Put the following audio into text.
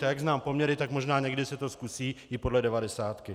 A jak znám poměry, tak možná někdy se to zkusí i podle devadesátky.